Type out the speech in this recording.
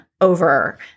over